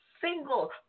single